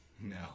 No